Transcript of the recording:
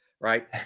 right